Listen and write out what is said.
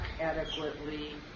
adequately